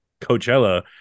Coachella